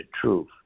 truth